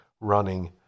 running